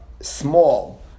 small